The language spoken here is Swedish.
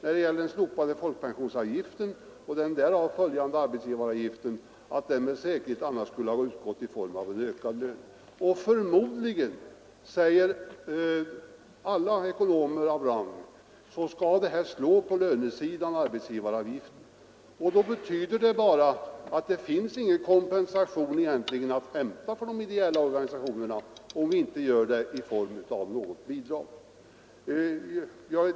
När det gäller den slopade folkpensionsavgiften och därav följande arbetsgivaravgifter vet vi med säkerhet att den skulle ha utgått i form av ökad lön. Alla ekonomer av rang säger att slopandet av arbetsgivaravgiften förmodligen skulle ge utslag på lönesidan. Om vi inte tillämpade någon form av bidrag till de ideella organisationerna skulle det bara betyda att det inte fanns någon egentlig kompensation att hämta för dem.